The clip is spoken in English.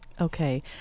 Okay